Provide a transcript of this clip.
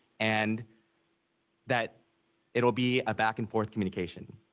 and that it'll be a back-and-forth communication.